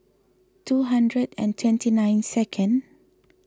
two hundred and twenty nine second